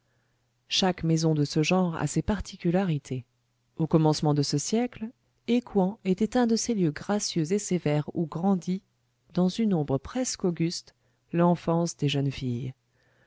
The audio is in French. chaque maison de ce genre a ses particularités au commencement de ce siècle écouen était un de ces lieux gracieux et sévères où grandit dans une ombre presque auguste l'enfance des jeunes filles